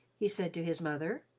he said to his mother.